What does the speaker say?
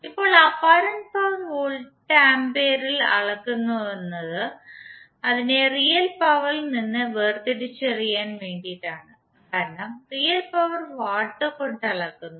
ഇപ്പോൾ apparent power volt ആമ്പിയറിൽ അളക്കുന്നത് അതിനെ റിയൽ പവറിൽ നിന്ന് വേർതിരിച്ചറിയാൻ വേണ്ടിയാണ് കാരണം റിയൽ പവർ വാട്ട് കൊണ്ട് അളക്കുന്നു